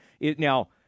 Now